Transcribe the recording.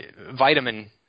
vitamin